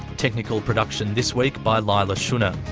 technical production this week by leila shunnar,